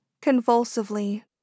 convulsively